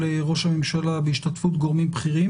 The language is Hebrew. ראש הממשלה ובהשתתפות גורמים בכירים.